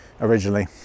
originally